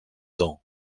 dents